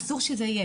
אסור שזה יהיה.